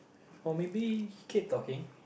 or maybe keep talking